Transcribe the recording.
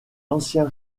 ancien